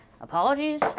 apologies